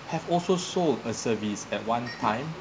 have also sold a service at one time